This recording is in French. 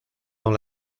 dans